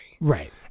right